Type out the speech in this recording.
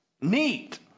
neat